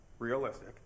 realistic